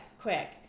quick